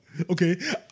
okay